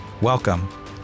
Welcome